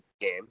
game